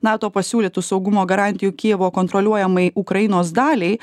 nato pasiūlytų saugumo garantijų kyjivo kontroliuojamai ukrainos daliai